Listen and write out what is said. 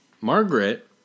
Margaret